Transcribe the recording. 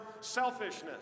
selfishness